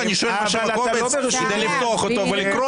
אני שואל על שם הקובץ כדי לפתוח אותו ולקרוא.